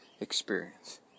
experience